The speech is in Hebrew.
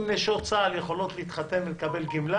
אם נשות צה"ל יכולות להתחתן ולקבל גמלה